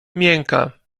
miękka